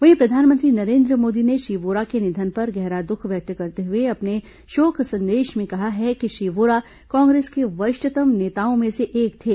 वहीं प्रधानमंत्री नरेन्द्र मोदी ने श्री वोरा के निधन पर गहरा दुख व्यक्त करते हुए अपने शोक संदेश में कहा है कि श्री वोरा कांग्रेस के वरिष्ठतम नेताओं में से एक थे